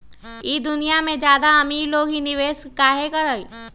ई दुनिया में ज्यादा अमीर लोग ही निवेस काहे करई?